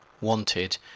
wanted